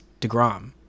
DeGrom